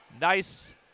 nice